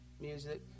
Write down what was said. music